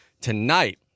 Tonight